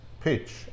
pitch